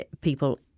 people